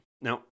Now